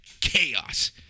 chaos